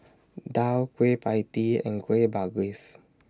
Daal Kueh PIE Tee and Kueh Bugis